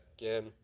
again